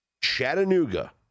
Chattanooga